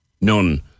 None